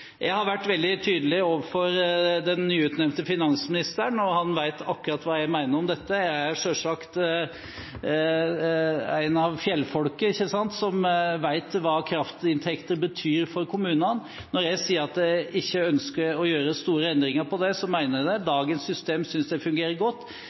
Jeg har vært veldig tydelig overfor den nyutnevnte finansministeren, og han vet akkurat hva jeg mener om dette. Jeg er selvsagt en av fjellfolket, som vet hva kraftinntekter betyr for kommunene. Når jeg sier at jeg ikke ønsker å gjøre store endringer på det, mener jeg det.